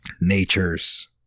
natures